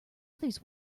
others